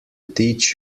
teach